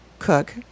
cook